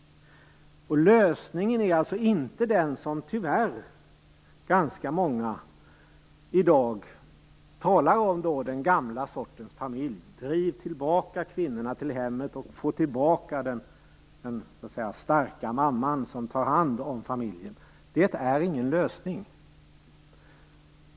Lösningen är alltså inte den som tyvärr ganska många i dag talar om, den gamla sortens familj. Man vill driva tillbaka kvinnorna till hemmen och få tillbaka den "starka" mamman som tar hand om familjen. Det är ingen lösning.